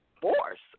force